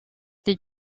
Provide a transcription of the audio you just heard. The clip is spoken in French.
les